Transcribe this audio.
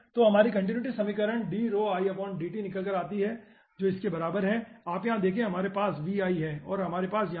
तो हमारी कंटीन्यूटी समीकरण निकल कर आता हैजो इसके बराबर है आप यहाँ देखे यहां हमारे पास Vi है और यहां हमारे पास Vj हैं